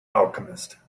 alchemist